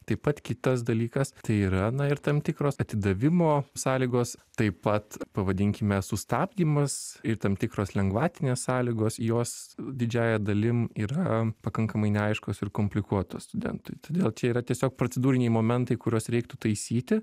taip pat kitas dalykas tai yra na ir tam tikros atidavimo sąlygos taip pat pavadinkime sustabdymas ir tam tikros lengvatinės sąlygos jos didžiąja dalim yra pakankamai neaiškios ir komplikuotos studentui todėl čia yra tiesiog procedūriniai momentai kuriuos reiktų taisyti